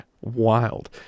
Wild